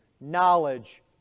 knowledge